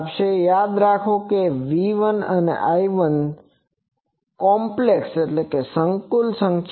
યાદ રાખો કે આ V1 અને I1 સંકુલ સંખ્યાઓ છે